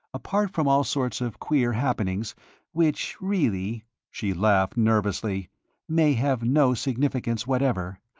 apart from all sorts of queer happenings which really she laughed nervously may have no significance whatever,